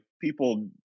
people